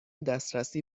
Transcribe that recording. دسترسی